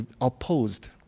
opposed